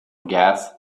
gas